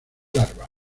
larvas